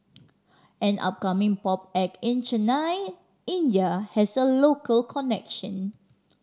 an upcoming pop act in Chennai India has a local connection